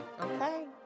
Okay